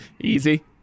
easy